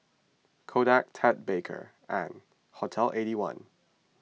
Kodak Ted Baker and Hotel Eighty One